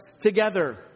together